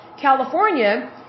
California